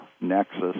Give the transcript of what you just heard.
nexus